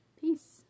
Peace